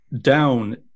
down